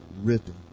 ripping